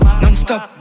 non-stop